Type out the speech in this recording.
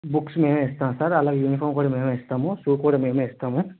books మేమే ఇస్తాం sir అలాగే యూనిఫామ్ కూడా మేమే ఇస్తాము షూ కూడా మేమే ఇస్తాము